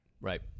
right